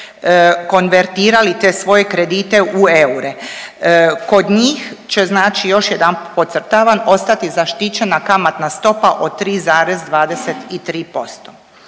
konvertirali te svoje kredite u eure. Kod njih će, znači još jedanput podcrtavam ostati zaštićena kamatna stopa od 3,23%.